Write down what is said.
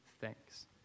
thanks